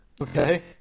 Okay